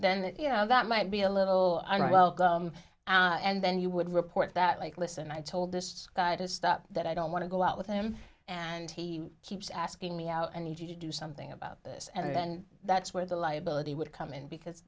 then you know that might be a little on well and then you would report that like listen i told this to stop that i don't want to go out with him and he keeps asking me out and you do something about this and then that's where the liability would come in because